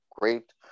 great